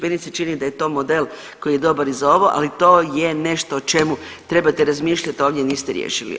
Meni se čini da je to model koji je dobar i za ovo, ali to je nešto o čemu trebate razmišljat, a ovdje niste riješili.